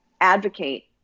advocate